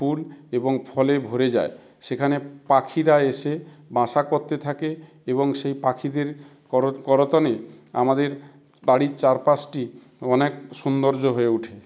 ফুল এবং ফলে ভরে যায় সেখানে পাখিরা এসে বাসা করতে থাকে এবং সেই পাখিদের কলতানে আমাদের বাড়ির চারপাশটি অনেক সুন্দর্য হয়ে ওঠে